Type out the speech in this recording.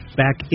back